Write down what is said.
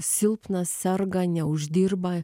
silpnas serga neuždirba